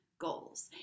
goals